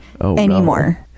anymore